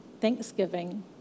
thanksgiving